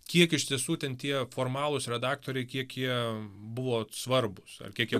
kiek iš tiesų ten tie formalūs redaktoriai kiek jie buvo svarbūs ar kiek jie